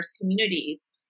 communities